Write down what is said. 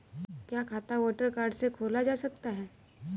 क्या खाता voter card से खोला जा सकता है?